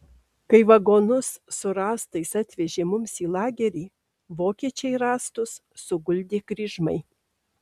kai vagonus su rąstais atvežė mums į lagerį vokiečiai rąstus suguldė kryžmai